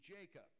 Jacob